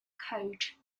coach